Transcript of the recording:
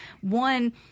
One